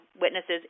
witnesses